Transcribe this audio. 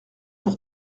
pour